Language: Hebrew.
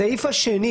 הסעיף השני,